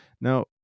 Now